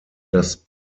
das